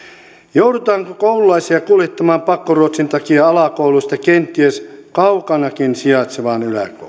joudutaanko koululaisia kuljettamaan pakkoruotsin takia alakouluista kenties kaukanakin sijaitsevaan yläkouluun